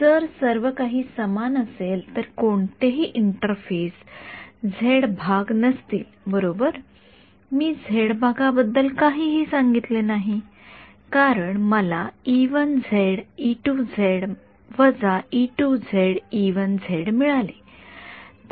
जर सर्व काही समान असेल तर कोणतेही इंटरफेस झेड भाग नसतील बरोबर मी झेड भागाबद्दल काहीही सांगितले नाही कारण मला मिळाले